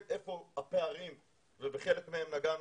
בת לעולים מאתיופיה שצעדה בעצמה את המסע,